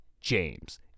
James